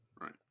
right